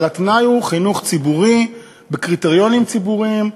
אבל התנאי הוא חינוך ציבורי בקריטריונים ציבוריים,